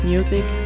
Music